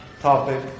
topic